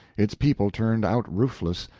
its people turned out roofless,